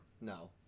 No